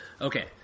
Okay